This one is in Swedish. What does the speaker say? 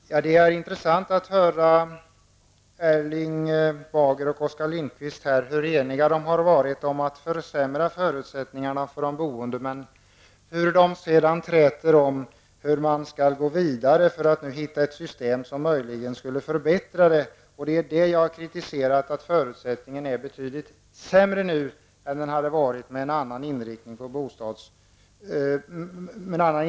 Herr talman! Det är intressant att kunna konstatera hur eniga Erling Bager och Oskar Lindkvist har varit när det gällt att försämra förutsättningarna för de boende. Därefter träter de om hur man skall arbeta vidare för att hitta ett system för att förbättra situationen för de boende. Jag har framfört kritik mot att förutsättningarna är betydligt sämre än de hade varit med en annan inriktning på skattereformen.